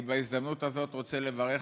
בהזדמנות הזאת אני רוצה לברך,